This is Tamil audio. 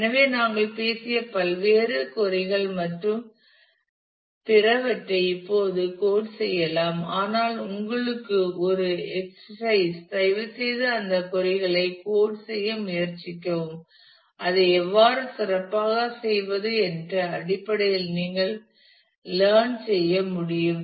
எனவே நாங்கள் பேசிய பல்வேறு கொறி கள் மற்றும் பிறவற்றை இப்போது கோட் செய்யலாம் ஆனால் உங்களுக்கு ஒரு எக்ஸர்சைஸ் தயவுசெய்து அந்த கொறி களை கோட் செய்ய முயற்சிக்கவும் அதை எவ்வாறு சிறப்பாகச் செய்வது என்ற அடிப்படையில் நீங்கள் லேன் செய்ய முடியும்